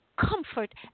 Comfort